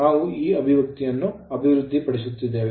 ನಾವು ಈ ಅಭಿವ್ಯಕ್ತಿಯನ್ನು ಪಡೆಯುತ್ತೇವೆ